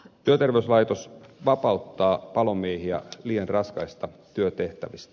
työterveyslaitos vapauttaa palomiehiä liian raskaista työtehtävistä